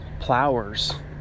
plowers